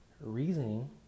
reasoning